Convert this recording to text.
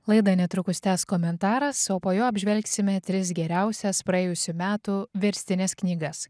laidą netrukus tęs komentaras o po jo apžvelgsime tris geriausias praėjusių metų verstines knygas